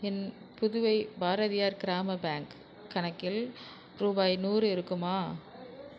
என் புதுவை பாரதியார் கிராம பேங்க் கணக்கில் ருபாய் நூறு இருக்குமா